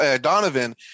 Donovan